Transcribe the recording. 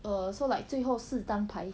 err so like 最后四张牌